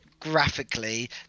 Graphically